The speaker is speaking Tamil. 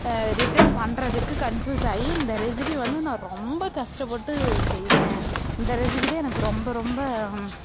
ரிட்டன் பண்ணுறதுக்கு கன்ஃப்யூஸ் ஆகி இந்த ரெசிபி வந்து நான் ரொம்ப கஷ்டப்பட்டு செய்வேன் இந்த ரெசிபி தான் எனக்கு ரொம்ப ரொம்ப